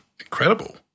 incredible